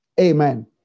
Amen